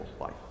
life